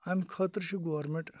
اَمہِ خٲطرٕ چھُ گورمینٹ